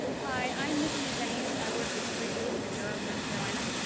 hi, i'm nicky rezenes. i work with spreedly in durham, north carolina.